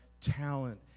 talent